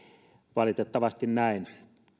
valitettavasti näin